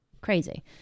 crazy